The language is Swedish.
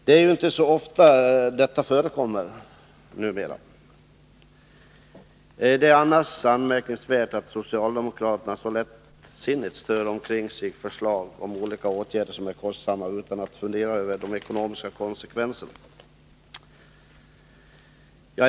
Det är inte så ofta sådant förekommer numera, utan det anmärkningsvärda brukar vara att socialdemokraterna så lättsinnigt strör omkring sig förslag om olika kostsamma åtgärder utan att fundera över de ekonomiska konsekvenserna.